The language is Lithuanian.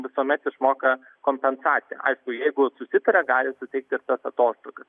visuomet išmoka kompensaciją aišku jeigu susitaria gali suteikti ir tas atostogas